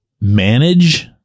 manage